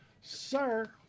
Sir